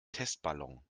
testballon